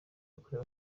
yakorewe